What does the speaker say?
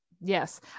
Yes